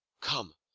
come,